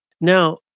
Now